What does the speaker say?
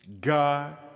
God